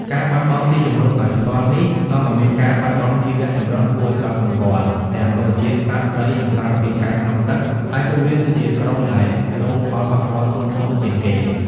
ការបាត់បង់ទីជម្រកដោយផ្ទាល់នេះ នាំឱ្យមានការបាត់បង់ជីវៈចម្រុះគួរឱ្យកត់សម្គាល់ ទាំងរុក្ខជាតិ សត្វ ត្រី និងសារពាង្គកាយក្នុងទឹក ហើយពួគវាគឺជាក្រុមដែលរងផលប៉ះពាល់ធ្ងន់ធ្ងរជាងគេ។